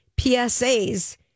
PSAs